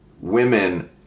women